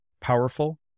powerful